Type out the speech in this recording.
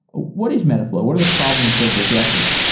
what is metaflow? what are the problems that it addresses?